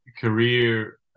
career